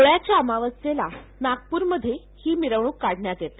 पोळ्याच्या अमावस्येला नागपूरमध्ये ही मिरवणुक काढण्यात येते